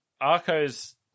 Arco's